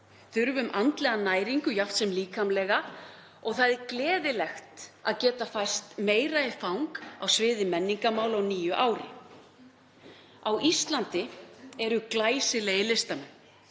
þurfum andlega næringu jafnt sem líkamlega og það er gleðilegt að geta færst meira í fang á sviði menningarmála á nýju ári. Á Íslandi eru glæsilegir listamenn